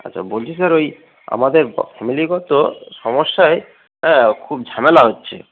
আচ্ছা বলছি স্যার ওই আমাদের ফ্যামিলিগত সমস্যায় হ্যাঁ খুব ঝামেলা হচ্ছে